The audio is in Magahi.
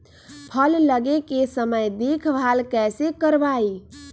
फल लगे के समय देखभाल कैसे करवाई?